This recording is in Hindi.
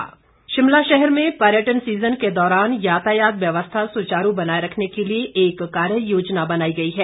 डीसी शिमला शिमला शहर में पर्यटन सीज़न के दौरान याताया व्यवस्था सुचारू बनाए रखने के लिए एक कार्य योजना बनाई गई है